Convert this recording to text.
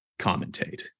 commentate